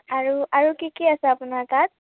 আৰু আৰু কি কি আছে আপোনাৰ তাত